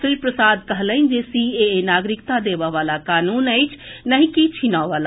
श्री प्रसाद कहलनि जे सीएए नागरिकता देबयवला कानून अछि नहि कि छीनयवला